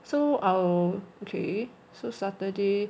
so our okay so saturday